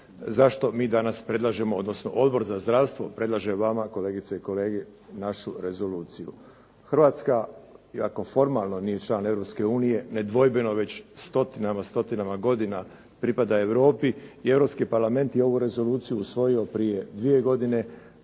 zašto mi danas predlažemo, odnosno Odbor za zdravstvo predlaže vama kolegice i kolege našu rezoluciju. Hrvatska iako formalno nije član Europske unije nedvojbeno već stotinama, stotinama godina pripada Europi i Europski parlament je ovu rezoluciju usvojio prije 2 godine,